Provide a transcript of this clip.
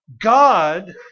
God